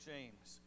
James